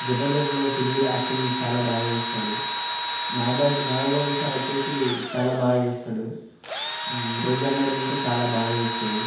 జబర్దస్త్లో సుధీర్ యాక్టింగ్ చాలా బాగా చేస్తాడు నాగబాబు నాగబాబు సార్ వచ్చేసి బాగా చేస్తాడు రోజా మేడం ఇంకా చాలా బాగా చేస్తుంది